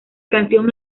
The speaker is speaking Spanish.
canción